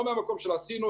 אבל לא מהמקום של: עשינו,